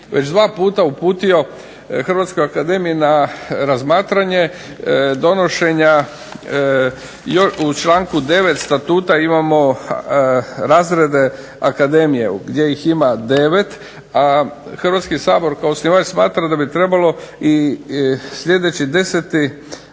već dva puta uputio Hrvatskoj akademiji na razmatranje donošenja u članku 9. Statuta imamo razrede Akademije gdje ih ima 9, a Hrvatski sabor kao osnivač smatra da bi trebalo i sljedeći 10.